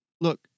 Look